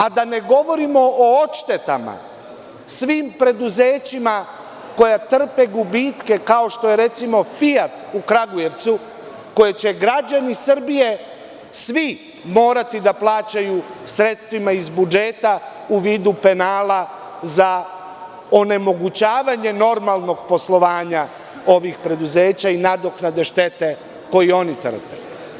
A da ne govorimo o odštetama svim preduzećima koja trpe gubitke, kao što je, recimo, „Fijat“ u Kragujevcu, koje će građani Srbije svi morati da plaćaju sredstvima iz budžeta u vidu penala za onemogućavanje normalnog poslovanja ovih preduzeća i nadoknade štete koju oni trpe.